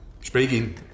Speaking